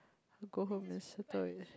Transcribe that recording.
you go home then settle it